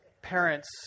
Parents